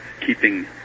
keeping